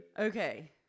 Okay